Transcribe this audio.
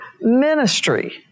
ministry